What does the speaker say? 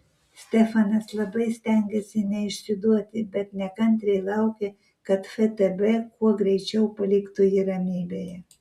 stefanas labai stengėsi neišsiduoti bet nekantriai laukė kad ftb kuo greičiau paliktų jį ramybėje